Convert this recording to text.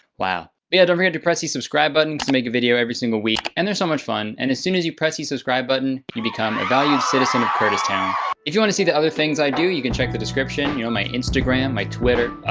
wow. yeah. don't forget to press the subscribe button cause make a video every single week. and there's so much fun. and as soon as you press the subscribe button you become a valued citizen of kurtis town. if you wanna see the other things i do, you can check the description. you know, my instagram, my twitter,